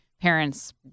parents